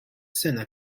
sena